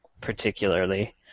particularly